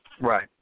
Right